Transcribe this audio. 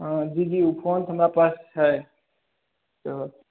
हँ जी जी ओ फोन तऽ हमरा पास छै ओ